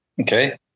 okay